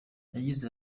yagize